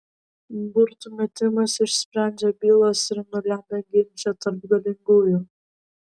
burtų metimas išsprendžia bylas ir nulemia ginčą tarp galingųjų